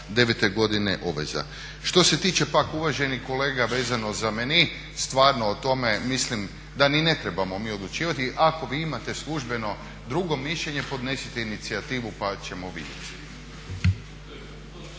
2009.godine obveza. Što se tiče pak uvaženi kolega vezano za meni, stvarno o tome mislim da ni ne trebamo mi odlučivati, ako vi imate službeno drugo mišljenje podnesite inicijativu pa ćemo vidjeti.